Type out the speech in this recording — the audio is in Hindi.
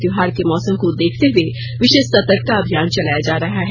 त्यौहार के मौसम को देखते हुए विशेष सर्तकता अभियान चलाया जा रहा है